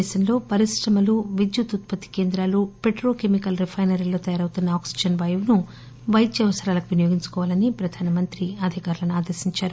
దేశంలో పరిశ్రమలు విద్యుత్త్ ఉత్పత్తికేంద్రాలుపెట్రోకెమికల్ రిపైనరీల్లో తయారవుతున్న ఆక్పిజస్ వాయువును వైద్య అవసరాలకు వినియోగించుకోవాలని ప్రధానమంత్రి నరేంద్ర మోదీ అధికారులనుఆదేశించారు